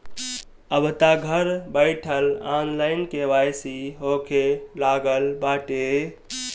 अबतअ घर बईठल ऑनलाइन के.वाई.सी होखे लागल बाटे